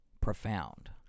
profound